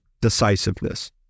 decisiveness